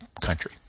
country